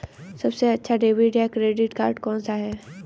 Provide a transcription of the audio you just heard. सबसे अच्छा डेबिट या क्रेडिट कार्ड कौन सा है?